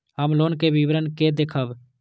हम लोन के विवरण के देखब?